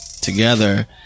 Together